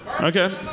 Okay